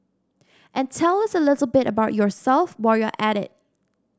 and tell us a little bit about yourself while you're at it